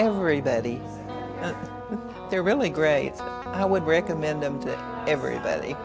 everybody and they're really great so i would recommend them to everybody